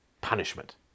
punishment